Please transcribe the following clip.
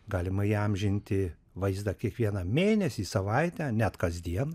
galima įamžinti vaizdą kiekvieną mėnesį savaitę net kasdien